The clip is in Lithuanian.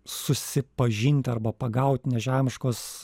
susipažint arba pagaut nežemiškos